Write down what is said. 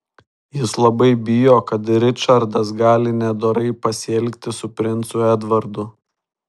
jis labai bijo kad ričardas gali nedorai pasielgti su princu edvardu